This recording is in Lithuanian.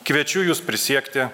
kviečiu jus prisiekti